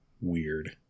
Weird